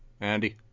Andy